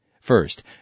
First